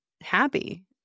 happy